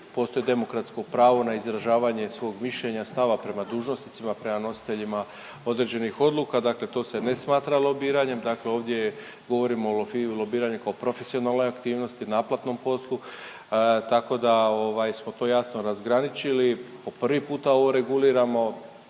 postoji demokratsko pravo na izražavanje svog mišljenja, stava prema dužnosnicima, prema nositeljima određenih odluka. Dakle, to se ne smatra lobiranje. Dakle, ovdje govorimo o lobiranju kao profesionalnoj aktivnosti, naplatnom poslu tako da ovaj smo to jasno razgraničili. Po prvi puta ovo reguliramo,